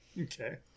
Okay